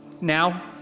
now